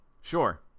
sure